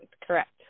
correct